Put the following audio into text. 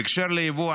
בקשר ליבוא,